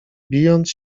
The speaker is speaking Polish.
bijąc